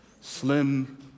Slim